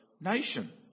nation